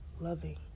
loving